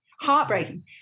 heartbreaking